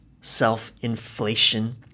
self-inflation